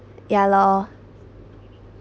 ya lor